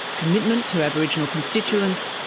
commitment to aboriginal constituents,